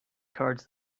cards